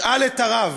שאל את הרב.